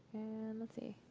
and let's see.